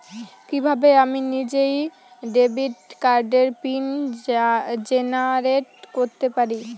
কিভাবে আমি নিজেই ডেবিট কার্ডের পিন জেনারেট করতে পারি?